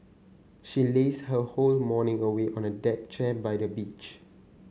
she lazed her whole morning away on a deck chair by the beach